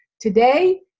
Today